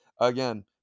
Again